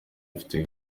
afite